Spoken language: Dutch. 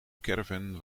caravan